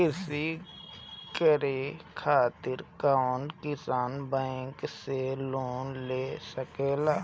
कृषी करे खातिर कउन किसान बैंक से लोन ले सकेला?